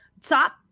stop